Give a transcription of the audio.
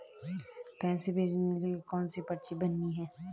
पैसे भेजने के लिए कौनसी पर्ची भरनी है?